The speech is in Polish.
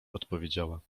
odpowiedziała